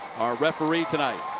our referee tonight.